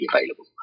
available